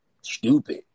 Stupid